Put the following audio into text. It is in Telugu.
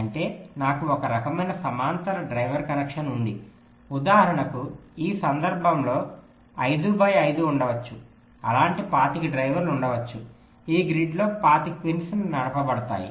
అంటే నాకు ఒక రకమైన సమాంతర డ్రైవర్ కనెక్షన్ ఉంది ఉదాహరణకు ఈ సందర్భంలో 5 బై 5 ఉండవచ్చు అలాంటి 25 డ్రైవర్లు ఉండవచ్చు ఈ గ్రిడ్లలో 25 పిన్స్ నడపబడతాయి